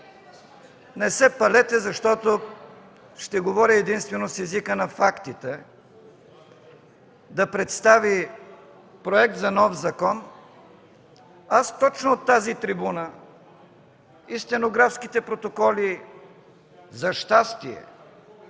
Не се палете, защото ще говоря единствено с езика на фактите. … Да представи проекта за нов закон, аз точно от тази трибуна – и стенографските протоколи, за щастие,